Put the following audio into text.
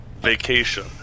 Vacation